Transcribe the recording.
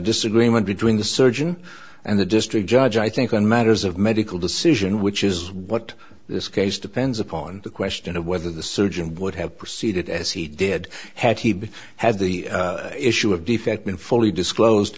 disagreement between the surgeon and the district judge i think on matters of medical decision which is what this case depends upon the question of whether the surgeon would have proceeded as he did had he had the issue of defect been fully disclosed